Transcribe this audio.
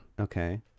Okay